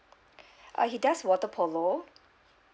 uh he does water polo